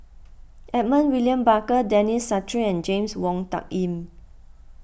Edmund William Barker Denis Santry and James Wong Tuck Yim